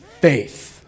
faith